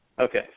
Okay